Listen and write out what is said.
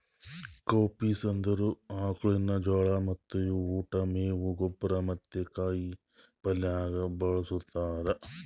cowpeas ಅಂದುರ್ ಆಕುಳಿನ ಜೋಳ ಮತ್ತ ಇವು ಉಟ್, ಮೇವು, ಗೊಬ್ಬರ ಮತ್ತ ಕಾಯಿ ಪಲ್ಯ ಆಗ ಬಳ್ಸತಾರ್